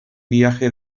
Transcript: viaje